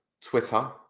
Twitter